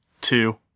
two